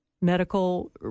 medical